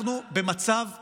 אנחנו במצב חירום,